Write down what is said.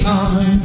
on